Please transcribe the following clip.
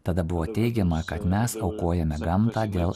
tada buvo teigiama kad mes aukojame gamtą dėl